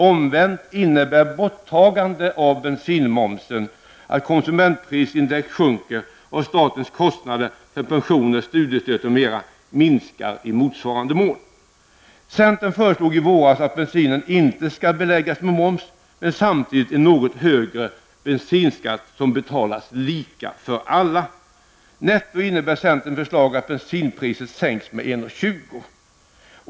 Omvänt innebär ett borttagande av bensinmomsen att konsumentprisindex sjunker och statens kostnader för pensioner, studiestöd, m.m., minskar i motsvarande mån. Centern föreslog i våras att bensinen inte skall beläggas med moms. Vi rekommenderade i stället en något högre bensinskatt, som betalas lika av alla. Netto innebär centerns förslag att bensinpriset sänks med 1:20 kr.